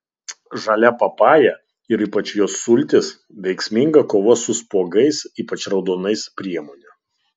žalia papaja ir ypač jos sultys veiksminga kovos su spuogais ypač raudonais priemonė